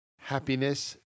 happiness